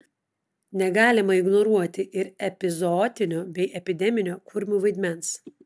negalima ignoruoti ir epizootinio bei epideminio kurmių vaidmens